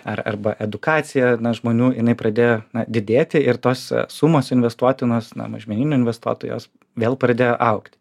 ar arba edukacija na žmonių jinai pradėjo didėti ir tos sumos investuotinos na mažmeninių investuotojų jos vėl pradėjo augti